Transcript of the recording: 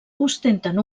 ostenten